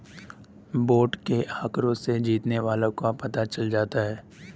vote के आंकड़ों से जीतने वाले का पता चल जाता है